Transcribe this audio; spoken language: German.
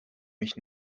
mich